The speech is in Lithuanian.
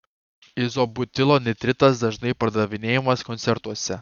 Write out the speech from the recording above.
izobutilo nitritas dažnai pardavinėjamas koncertuose